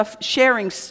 sharing